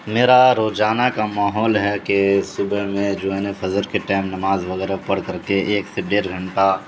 میرا روجانہ کا ماحول ہے کہ صبح میں جو ن فضر کے ٹائم نماز وغیرہ پڑ کر کے ایک سے ڈیڑھ گھنٹہ